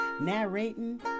narrating